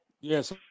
Yes